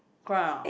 correct or not